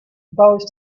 both